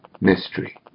mystery